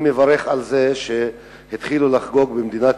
אני מברך על זה שהתחילו לחגוג במדינת